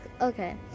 okay